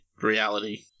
reality